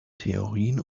theorien